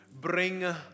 bring